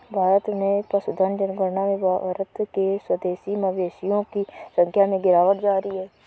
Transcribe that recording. भारत में पशुधन जनगणना में भारत के स्वदेशी मवेशियों की संख्या में गिरावट जारी है